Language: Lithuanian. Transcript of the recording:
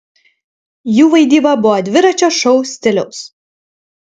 jų vaidyba buvo dviračio šou stiliaus